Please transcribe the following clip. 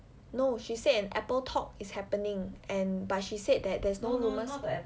no she said an Apple talk is happening and but she said that there's no rumours